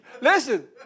listen